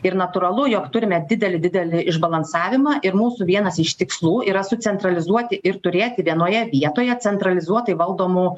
ir natūralu jog turime didelį didelį išbalansavimą ir mūsų vienas iš tikslų yra sucentralizuoti ir turėti vienoje vietoje centralizuotai valdomų